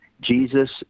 Jesus